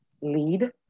lead